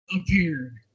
appeared